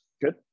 good